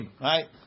right